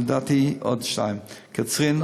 ולדעתי עוד שניים: קצרין,